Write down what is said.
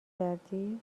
کردی